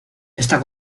esta